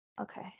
Okay